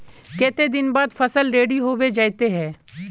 केते दिन बाद फसल रेडी होबे जयते है?